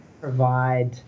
provide